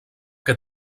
què